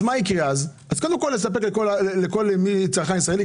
אז קודם כל נספק לכל צרכן ישראלי,